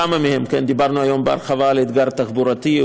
כמה מהם: דיברנו היום בהרחבה על האתגר התחבורתי,